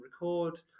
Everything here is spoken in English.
record